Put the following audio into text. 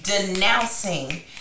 denouncing